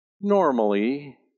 normally